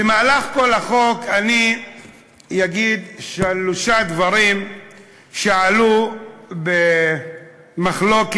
במהלך כל החוק, אגיד שלושה דברים שעלו במחלוקת